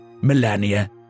Millennia